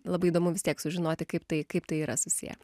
labai įdomu vis tiek sužinoti kaip tai kaip tai yra susiję